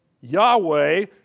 Yahweh